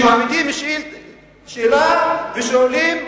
שמעמידים שאלה ושואלים,